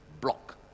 block